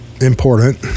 important